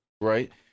Right